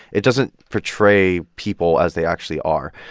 it doesn't portray people as they actually are.